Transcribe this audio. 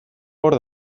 hor